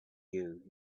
you